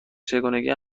چگونگی